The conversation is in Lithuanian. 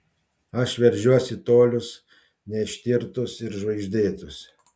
aš veržiuos į tolius neištirtus ir žvaigždėtus